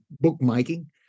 bookmaking